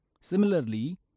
Similarly